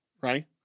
right